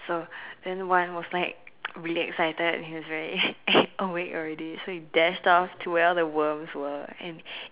so then one was like really excited he was very awake already so he dashed off to where the worms were and